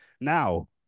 Now